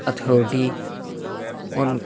authority اور